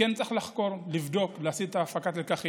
צריך לחקור, לבדוק ולהפיק לקחים.